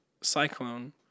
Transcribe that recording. Cyclone